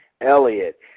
Elliot